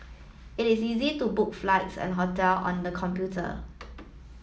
it is easy to book flights and hotel on the computer